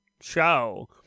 show